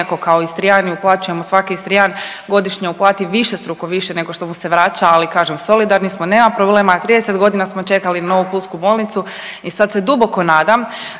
iako kao Istrijani uplaćujemo, svaki Istrijan godišnje uplati višestruko više nego što mu se vraća, ali kažem solidarni smo, nema problema, 30 godina smo čekali novu pulsku bolnicu i sad se duboko nadam